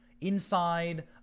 inside